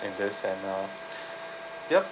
if there's and uh yup